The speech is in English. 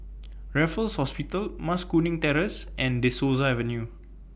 Raffles Hospital Mas Kuning Terrace and De Souza Avenue